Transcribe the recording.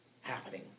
happening